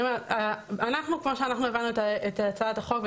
כמו שאנחנו הבנו את הצעת החוק,